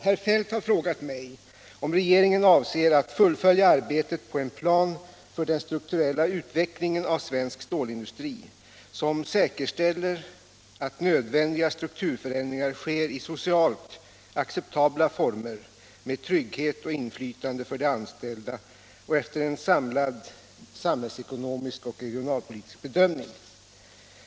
Herr Feldt har frågat mig om regeringen avser att fullfölja arbetet på en plan för den strukturella utvecklingen av svensk stålindustri, som säkerställer att nödvändiga strukturförändringar sker i socialt acceptabla former, med trygghet och inflytande för de anställda och efter en samlad samhällsekonomisk och regionalpolitisk bedömning.